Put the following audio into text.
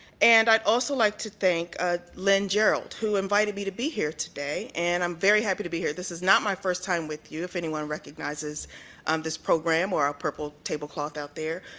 and i also like to thank ah lynn gerald who invited me to be here today and i'm very happy to be here. this is not my first time with you, if anyone recognizes um this program or purple table cloth out there.